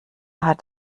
hat